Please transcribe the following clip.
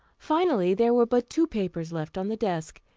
finally, there were but two papers left on the desk.